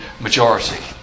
majority